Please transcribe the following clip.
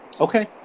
Okay